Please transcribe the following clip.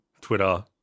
Twitter